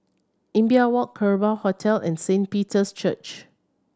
Imbiah Walk Kerbau Hotel and Saint Peter's Church